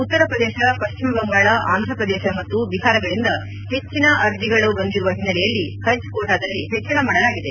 ಉತ್ತರ ಪ್ರದೇಶ ಪಶ್ಚಿಮ ಬಂಗಾಳ ಆಂಧ್ರ ಪ್ರದೇಶ ಮತ್ತು ಬಿಹಾರಗಳಿಂದ ಹೆಚ್ಚಿನ ಅರ್ಜಿಗಳನ್ನು ಬಂದಿರುವ ಹಿನ್ನೆಲೆಯಲ್ಲಿ ಹಜ್ ಕೋಟಾದಲ್ಲಿ ಹೆಚ್ಚಳ ಮಾಡಲಾಗಿದೆ